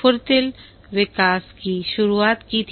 फुर्तिल विकास की शुरुआत की थी